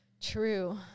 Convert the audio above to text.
True